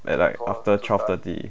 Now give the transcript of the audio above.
at like after twelve thirty